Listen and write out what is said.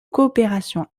coopération